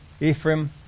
Ephraim